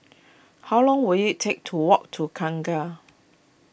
how long will it take to walk to Kangkar